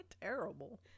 terrible